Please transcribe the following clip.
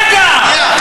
רגע,